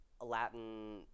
Latin